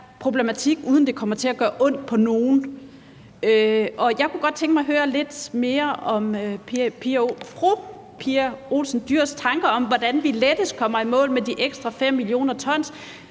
problematik, uden at det kommer til at gøre ondt på nogen. Jeg kunne godt tænke mig at høre lidt mere om fru Pia Olsen Dyhrs tanker om, hvordan vi lettest kommer i mål med de ekstra 5 mio. t,